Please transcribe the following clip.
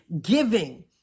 giving